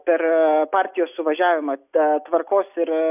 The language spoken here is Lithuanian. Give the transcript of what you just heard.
per partijos suvažiavimą ta tvarkos ir